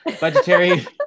Budgetary